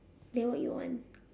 then what you want